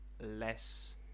Less